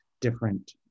different